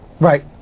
Right